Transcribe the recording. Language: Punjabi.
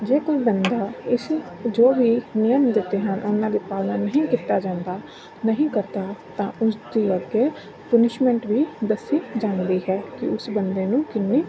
ਜੇ ਕੋਈ ਬੰਦਾ ਇਸ ਜੋ ਵੀ ਨਿਯਮ ਦਿੱਤੇ ਹਨ ਉਹਨਾਂ ਦੀ ਪਾਲਣਾ ਨਹੀਂ ਕੀਤੀ ਜਾਂਦੀ ਨਹੀਂ ਕਰਦਾ ਤਾਂ ਉਸਦੀ ਅੱਗੇ ਪਨਿਸ਼ਮੈਂਟ ਵੀ ਦੱਸੀ ਜਾਂਦੀ ਹੈ ਕਿ ਉਸ ਬੰਦੇ ਨੂੰ ਕਿੰਨੀ